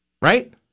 Right